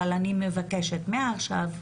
אבל אני מבקשת מעכשיו,